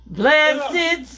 blessed